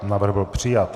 Návrh byl přijat.